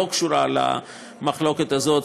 ולא קשורה למחלוקת הזאת,